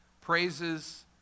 praises